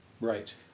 Right